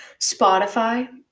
Spotify